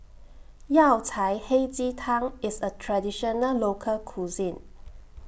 Yao Cai Hei Ji Tang IS A Traditional Local Cuisine